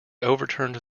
overturned